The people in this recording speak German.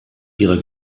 ihrer